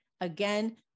Again